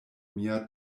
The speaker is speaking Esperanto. mia